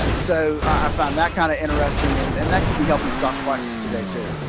ah so i found that kind of interesting, and and that could be helping stock prices today too.